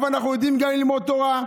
אבל אנחנו יודעים גם ללמוד תורה.